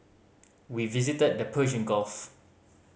we visited the Persian Gulf